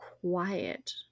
quiet